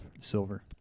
Silver